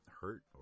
hurt